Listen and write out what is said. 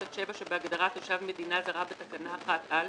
עד (7) שבהגדרה "תושב מדינה זרה" בתקנה 1(א),